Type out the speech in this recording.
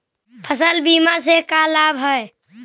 फसल बीमा से का लाभ है?